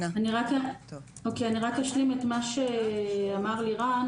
אני רק אשלים את מה שאמר לירן.